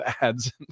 ads